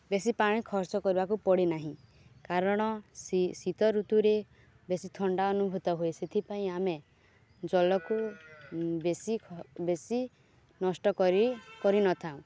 ବେଶୀ ପାଣି ଖର୍ଚ୍ଚ କରିବାକୁ ପଡ଼େନାହିଁ କାରଣ ଶୀତ ଋତୁରେ ବେଶୀ ଥଣ୍ଡା ଅନୁଭୂତ ହୁଏ ସେଥିପାଇଁ ଆମେ ଜଲକୁ ବେଶୀ ବେଶୀ ନଷ୍ଟ କରି କରିନଥାଉଁ